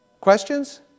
Questions